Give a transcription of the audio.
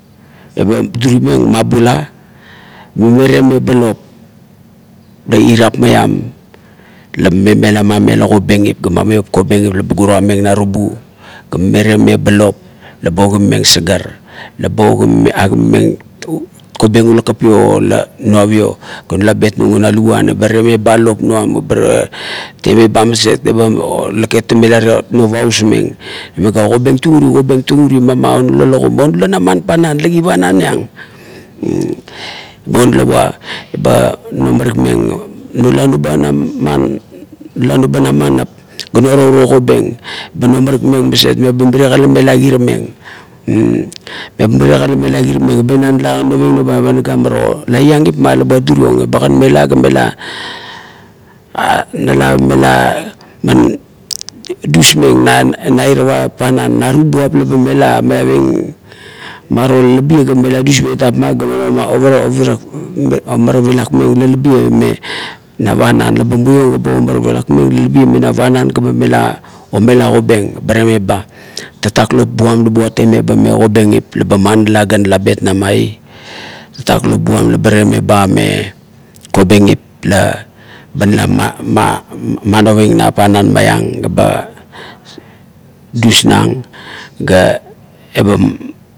Eba durimeng, mabula, mame temeba lopa ga irap maiam la mame mela mamela kobengip ga mamiop kobengip laba ogimameng sagar, laba ogima agimameng kobeng ula kapio o ula nuavio ga nula bet nung un ma luguan eba temeba lop nuang eba temeba maset ga ba lake tenovurausmeng megia kobeng tung, kobeng tung uri mama, onula lagum, onula na man panan lagi pananiang "ur" bo unalava, bo nomarikmeng, nula naba na man nap ga nuaro uro kobeng bo nomarikmeng maset meba mirie kan ba mela kirameng "ur" mirie kan ba mela kirameng, ba ina nala onoving noba, pa ba naga maro, lai iang it ma la buat duriong bagan mela, ga mela "ha, nala" mela man dusmeng na irava panan, narubuap la ba ela miaving maro lalabie ga mela dusmeng it tapma ga ba ovaravirak meng lalabie mena panan ga ba mela omela kobeng, eba temeba. Tatak lop buam la buat temeba e kobengip la ba manala ga nala bet nang inai. Tatak lop buam la buat temeba me kobengip la ba nala manoving na panan maiang ga ba dusnang ga eba